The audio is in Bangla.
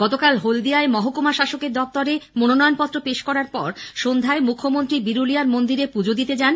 গতকাল হলদিয়ায় মহকুমাশাসকের দপ্তরে মনোনয়ন পত্র পেশ করার পর সন্ধ্যায় মুখ্যমন্ত্রী বিরুলিয়ার মন্দিরে পুজো দিতে যান